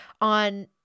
on